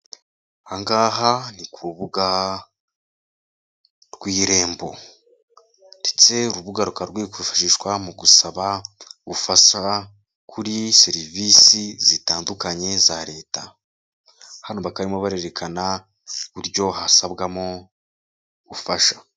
Aha ngaha ni ku rubuga rw' irembo ndetse uru rubuga ruka rwifashishwa mu gusaba ubufasha kuri serivisi zitandukanye za leta, hano bakaba barimo barerekana uburyo hasabwamo ubufasha.